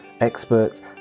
experts